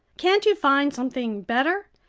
can't you find something better?